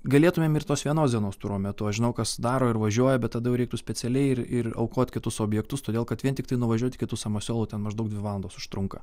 galėtumėm ir tos vienos dienos turo metu aš žinau kas daro ir važiuoja bet tada jau reiktų specialiai ir ir aukot kitus objektus todėl kad vien tiktai nuvažiuot iki tų samasiolų maždaug dvi valandas užtrunka